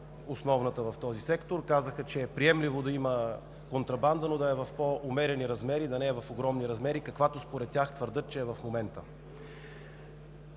основната в този сектор, казаха, че е приемливо да има контрабанда, но да е в по-умерени размери, да не е в огромни размери, каквато твърдят, че е в момента.